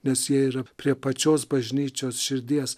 nes jie yra prie pačios bažnyčios širdies